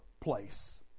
place